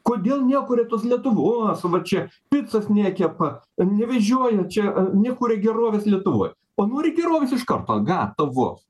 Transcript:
kodėl nekuria tos lietuvos va čia picas nekepa nevežioja čia nekuria gerovės lietuvoj o nori gerovės iš karto gatavos